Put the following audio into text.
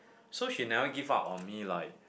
so she never give up on me like